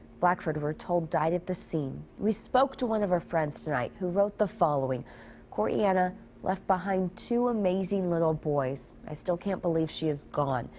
blackford, we're told, died at the scene. we spoke to one of her friends tonight. who wrote the following korianna left behind two amazing little boys. i still can't believe she is gone.